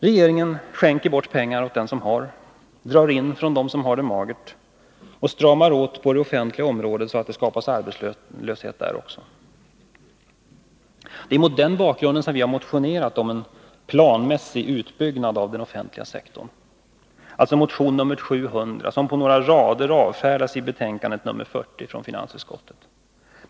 Regeringen skänker bort pengar åt dem som har, drar in från dem som har det magert och stramar åt på det offentliga området så att det skapas arbetslöshet där också. Det är mot den bakgrunden som vi har motionerat om en planmässig utbyggnad av den offentliga sektorn. Det gäller alltså motion nr 700, som på några rader avfärdas i betänkandet nr 40 från finansutskottet.